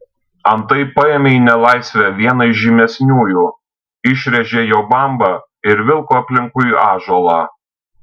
antai paėmė į nelaisvę vieną iš žymesniųjų išrėžė jo bambą ir vilko aplinkui ąžuolą